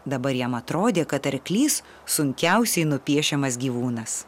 dabar jam atrodė kad arklys sunkiausiai nupiešiamas gyvūnas